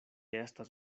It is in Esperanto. estas